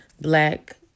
black